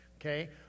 Okay